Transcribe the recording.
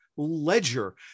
ledger